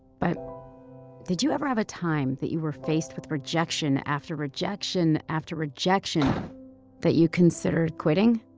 but did you ever have a time that you were faced with rejection after rejection after rejection that you considered quitting?